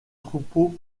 troupeau